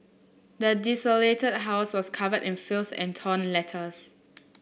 the desolated house was covered in filth and torn letters